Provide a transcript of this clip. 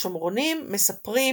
השומרונים מספרים